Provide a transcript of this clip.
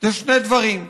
זה שני דברים: